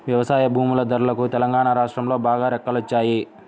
వ్యవసాయ భూముల ధరలకు తెలంగాణా రాష్ట్రంలో బాగా రెక్కలొచ్చాయి